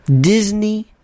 Disney